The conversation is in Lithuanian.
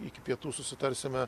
iki pietų susitarsime